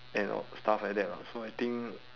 and all stuff like that lah so I think